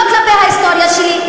לא כלפי ההיסטוריה שלי.